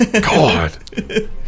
God